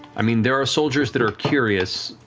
i mean, there are soldiers that are curious,